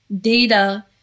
data